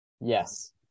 Yes